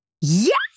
Yes